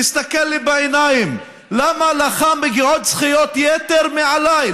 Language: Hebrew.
תסתכל לי בעיניים: למה לך מגיעות זכויות יתר מעליי?